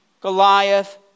Goliath